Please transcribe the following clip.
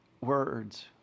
words